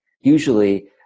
usually